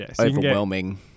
overwhelming